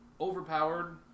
overpowered